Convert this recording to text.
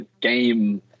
game